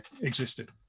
existed